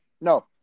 No